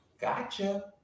Gotcha